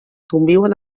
conviuen